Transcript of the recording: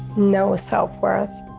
no self worth.